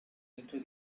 into